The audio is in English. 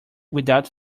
without